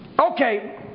Okay